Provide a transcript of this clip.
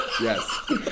Yes